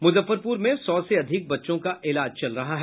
मुजफ्फरपुर में सौ से अधिक बच्चों का इलाज चल रहा है